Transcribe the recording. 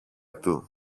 του